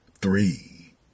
three